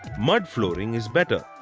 mud flooring is better.